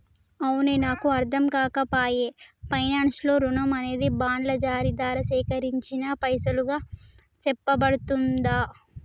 అవునే నాకు అర్ధంకాక పాయె పైనాన్స్ లో రుణం అనేది బాండ్ల జారీ దారా సేకరించిన పైసలుగా సెప్పబడుతుందా